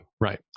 Right